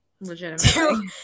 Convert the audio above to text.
legitimately